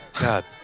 God